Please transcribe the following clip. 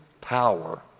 power